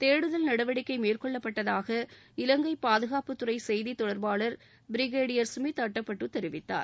தேடுதல் நடவடிக்கை மேற்கொள்ளப்பட்டதாக இலங்கை பாதுகாப்புத் துறை செய்தித் தொடர்பாளர் பிரிகேடியர் சுமித் அட்டப்பட்டு தெரிவித்தார்